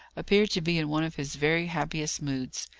appeared to be in one of his very happiest moods.